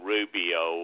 Rubio